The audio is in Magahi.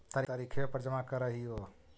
तरिखवे पर जमा करहिओ?